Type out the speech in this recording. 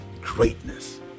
greatness